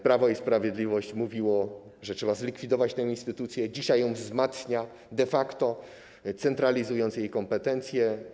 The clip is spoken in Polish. Prawo i Sprawiedliwość mówiło, że trzeba zlikwidować tę instytucję, dzisiaj ją wzmacnia, de facto centralizując jej kompetencje.